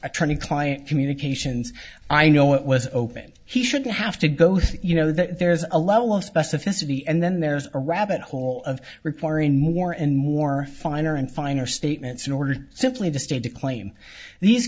attorney client communications i know it was open he should have to go through you know there's a level of specificity and then there's a rabbit hole of requiring more and more finer and finer statements in order simply to state to claim these